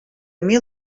mil